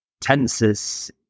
tenses